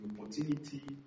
opportunity